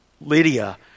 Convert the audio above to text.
Lydia